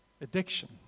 addiction